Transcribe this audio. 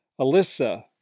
Alyssa